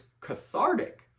cathartic